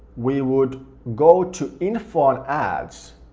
we would go to info and ads,